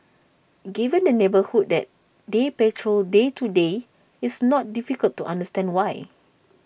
given the neighbourhood that they patrol day to day it's not difficult to understand why